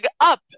up